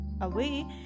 away